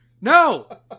No